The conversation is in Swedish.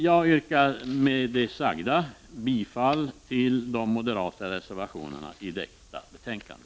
Jag yrkar med det sagda bifall till de moderata reservationerna vid detta betänkande.